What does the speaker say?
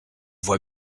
voit